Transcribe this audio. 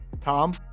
Tom